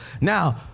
Now